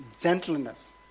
gentleness